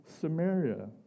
Samaria